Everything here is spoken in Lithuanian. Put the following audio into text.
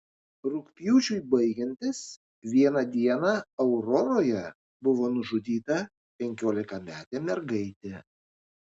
rugpjūčiui baigiantis vieną dieną auroroje buvo nužudyta penkiolikametė mergaitė